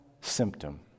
symptom